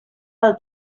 del